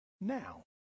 Now